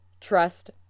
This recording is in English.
trust